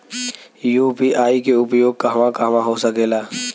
UPI के उपयोग कहवा कहवा हो सकेला?